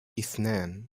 إثنان